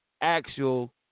actual